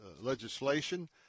legislation